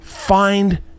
Find